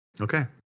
okay